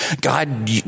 God